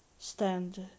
stand